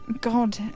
God